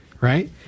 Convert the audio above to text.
Right